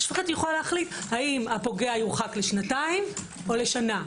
הוא יוכל להחליט האם הפוגע יורחק לשנתיים או לשנה.